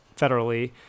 federally